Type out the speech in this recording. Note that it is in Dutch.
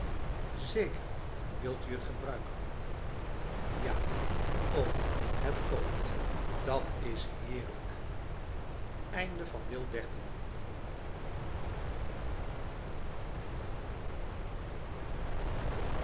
zeker wilt u het gebruiken ja o het kookt dat is heerlijk